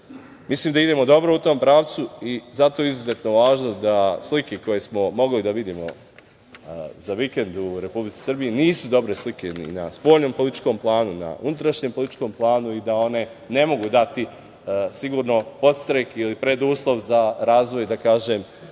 da idemo dobro u tom pravcu. Zato je izuzetno važno da slike koje smo mogli da vidimo za vikend u Republici Srbiji nisu dobre slike ni na spoljnom političkom planu, na unutrašnjem političkom planu i da one ne mogu dati podstrek ili preduslov za razvoj Srbije